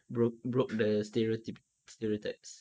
broke broke the stereotypes stereotypes